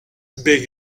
big